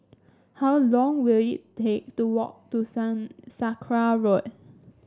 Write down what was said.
how long will it take to walk to sun Sakra Road